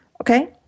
Okay